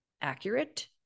accurate